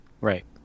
Right